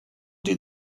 did